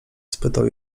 spytał